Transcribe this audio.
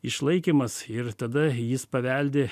išlaikymas ir tada jis paveldi